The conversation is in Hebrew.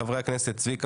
של חבר הכנסת יצחק